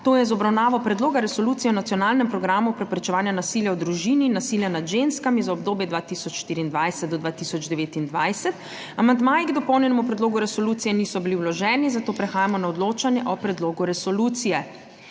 to je z obravnavo Predloga resolucije o nacionalnem programu preprečevanja nasilja v družini in nasilja nad ženskami za obdobje 2024–2029. Amandmaji k dopolnjenemu predlogu resolucije niso bili vloženi, zato prehajamo na odločanje o predlogu resolucije.